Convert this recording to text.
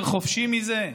יותר חופשי מזה?